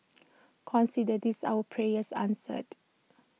consider this our prayers answered